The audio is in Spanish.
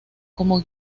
como